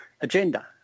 agenda